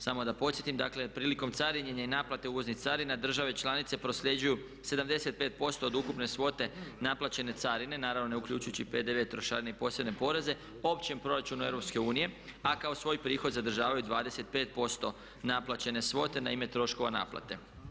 Samo da podsjetim, dakle, prilikom carinjenja i naplate uvoznih carina države članice prosljeđuju 75% od ukupne svote naplaćene carine, naravno ne uključujući i PDV trošarine i posebne poreze, općem proračunu EU a kao svoj prihod zadržavaju 25% naplaćene svote na ime troškova naplate.